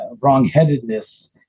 wrongheadedness